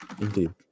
Indeed